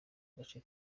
gace